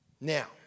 Now